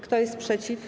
Kto jest przeciw?